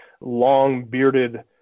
long-bearded